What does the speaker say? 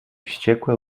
wściekłe